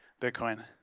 Bitcoin